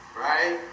right